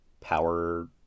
power